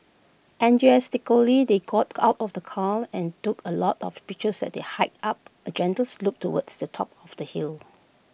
enthusiastically they got out of the car and took A lot of pictures as they hiked up A gentle slope towards the top of the hill